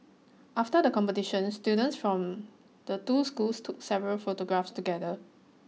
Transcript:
after the competition students from the two schools took several photographs together